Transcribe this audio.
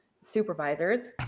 supervisors